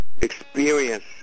experience